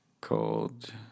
called